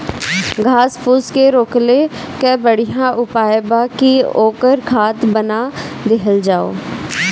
घास फूस के रोकले कअ बढ़िया उपाय बा कि ओकर खाद बना देहल जाओ